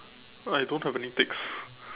I don't have any ticks